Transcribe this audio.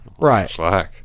right